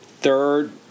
third